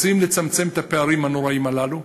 רוצים לצמצם את הפערים הנוראים הללו,